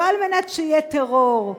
לא על מנת שיהיה טרור.